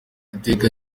uwiteka